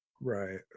right